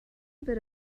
bit